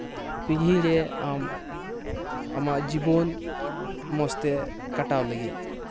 ᱯᱤᱲᱦᱤ ᱨᱮ ᱟᱢ ᱟᱢᱟᱜ ᱡᱤᱵᱚᱱ ᱢᱚᱸᱡ ᱛᱮ ᱠᱟᱴᱟᱣ ᱞᱟᱹᱜᱤᱫ